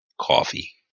coffee